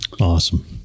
Awesome